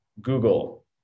Google